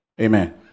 Amen